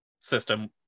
system